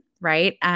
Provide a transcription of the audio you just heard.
right